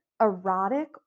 erotic